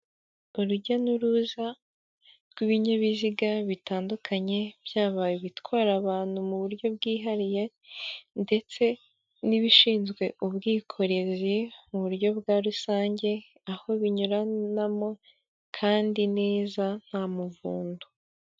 Urujya n'uruza rw'ibinyabiziga bitandukanye, byaba ibitwara abantu mu buryo bwihariye ndetse n'ibishinzwe ubwikorezi mu buryo bwa rusange, aho binyuranamo kandi neza nta muvundo.